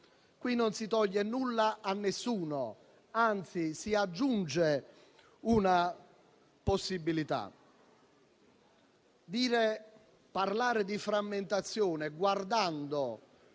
qui non si toglie nulla a nessuno, anzi si aggiunge una possibilità. Parlare di frammentazione guardando